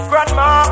Grandma